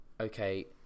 okay